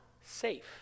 safe